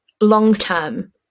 long-term